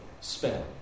spell